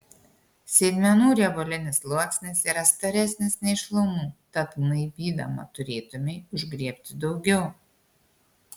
sėdmenų riebalinis sluoksnis yra storesnis nei šlaunų tad gnaibydama turėtumei užgriebti daugiau